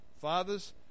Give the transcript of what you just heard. fathers